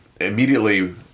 Immediately